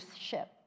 ship